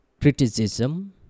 criticism